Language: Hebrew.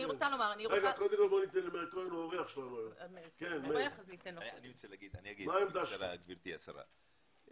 גברתי השרה,